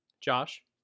Josh